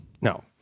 no